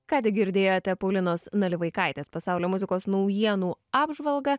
ką tik girdėjote paulinos nalivaikaitės pasaulio muzikos naujienų apžvalgą